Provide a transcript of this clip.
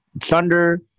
Thunder